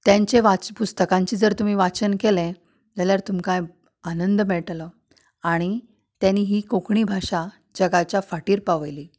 तांचे वा पुस्तकांचें जर तुमी वाचन केलें जाल्यार तुमकांय आनंद मेळटलो त्यांनी ही कोंकणी भाशा जगाच्या फाटीर पावयली